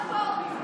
בעד הרפורמים.